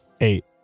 Eight